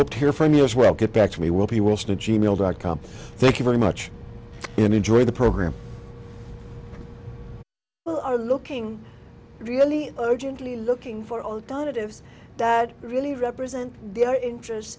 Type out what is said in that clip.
to hear from you as well get back to me will be wilsona g mail dot com thank you very much and enjoy the program looking really urgently looking for alternatives that really represent their interests